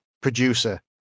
producer